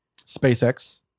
SpaceX